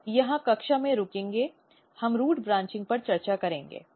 तो यहां कक्षा में रुकेंगे हम रूट ब्रांचिंग पर चर्चा करेंगे